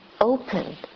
open